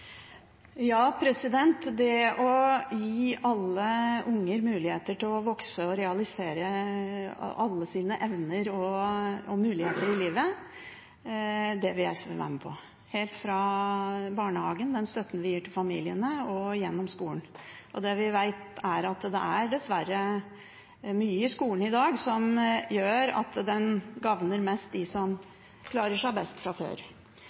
Ja, det å gi alle unger muligheter til å vokse og realisere alle sine evner og muligheter i livet vil SV være med på – helt fra barnehagen, gjennom den støtten vi gir til familiene, og gjennom skolen. Det vi vet, er at det er dessverre mye i skolen i dag som gjør at den gagner mest dem som klarer seg best fra før.